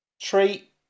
Treat